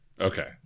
Okay